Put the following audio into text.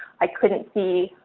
i couldn't see,